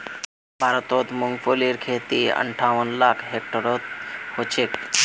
भारतत मूंगफलीर खेती अंठावन लाख हेक्टेयरत ह छेक